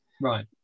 Right